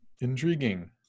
Intriguing